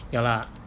ya lah